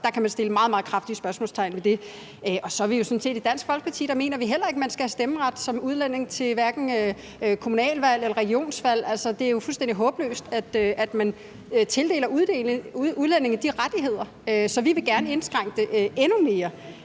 Det kan man sætte meget, meget kraftige spørgsmålstegn ved. Og i Dansk Folkeparti mener vi sådan set heller ikke, at man som udlænding skal have stemmeret til hverken kommunalvalg eller regionsvalg. Altså, det er jo fuldstændig håbløst, at man tildeler udlændinge de rettigheder. Så vi vil gerne indskrænke det endnu mere.